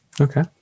Okay